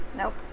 Nope